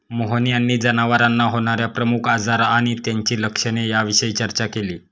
मोहन यांनी जनावरांना होणार्या प्रमुख आजार आणि त्यांची लक्षणे याविषयी चर्चा केली